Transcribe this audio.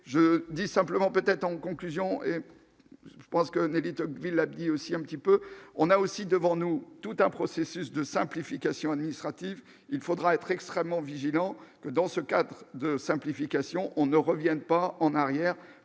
je dis simplement, peut-être en conclusion, je pense que Nelly Tocqueville dit aussi un petit peu, on a aussi devant nous tout un processus de simplification administrative, il faudra être extrêmement vigilant dans ce cadre de simplification, on ne revienne pas en arrière